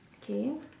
okay